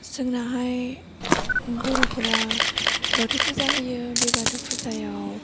जोंनाहाय बर'फोरा बाथौ फुजा होयो बे बाथौ फुजायाव